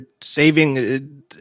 saving